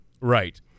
Right